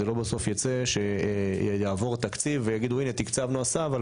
שלא בסוף ייצא שיעבור תקציב ויגידו 'הנה תקצבנו הסעה' אבל